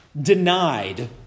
denied